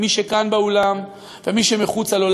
מי שכאן באולם ומי שמחוצה לו,